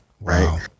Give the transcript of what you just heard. Right